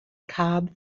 cobb